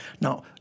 Now